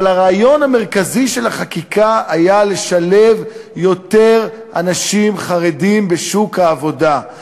אבל הרעיון המרכזי של החקיקה היה לשלב יותר חרדים בשוק העבודה.